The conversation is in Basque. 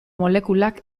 molekulak